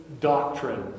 doctrine